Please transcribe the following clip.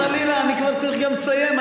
אני כמעט צריך גם לסיים.